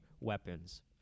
weapons